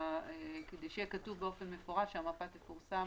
כדי שיהיה כתוב באופן מפורש שהמפה תפורסם.